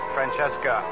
Francesca